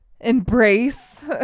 embrace